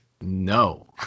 No